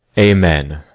amen!